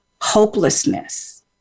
hopelessness